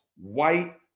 white